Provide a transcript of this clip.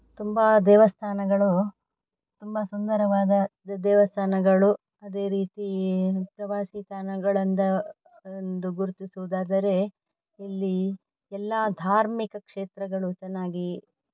ತುಂಬ ದೇವಸ್ಥಾನಗಳು ತುಂಬ ಸುಂದರವಾದ ದೇವಸ್ಥಾನಗಳು ಅದೇ ರೀತಿ ಪ್ರವಾಸಿ ತಾಣಗಳಿಂದ ಎಂದು ಗುರುತಿಸುವುದಾದರೆ ಇಲ್ಲಿ ಎಲ್ಲಾ ಧಾರ್ಮಿಕ ಕ್ಷೇತ್ರಗಳು ಚೆನ್ನಾಗಿ